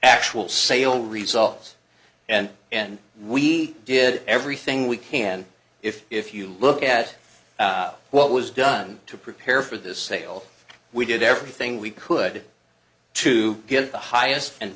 ctual sale results and and we did everything we can if if you look at what was done to prepare for this sale we did everything we could to get the highest and